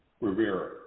Rivera